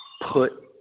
put